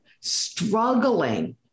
struggling